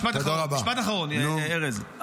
משפט אחרון, ארז.